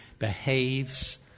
Behaves